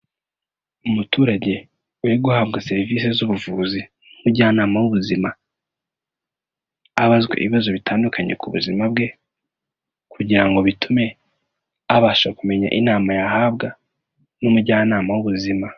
Umuturage uri guhabwa serivisi z'ubuvuzi n'umujyanama w'ubuzima abazwa ibibazo bitandukanye ku buzima bwe kugira ngo bitume abasha kumenya inama yahabwa n'umujyanama w'ubuzima.